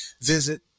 visit